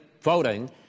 voting